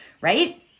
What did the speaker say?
right